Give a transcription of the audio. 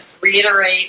reiterate